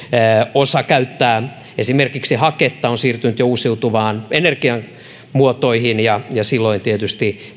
osa käyttää esimerkiksi haketta on siirtynyt jo uusiutuviin energiamuotoihin ja silloin tietysti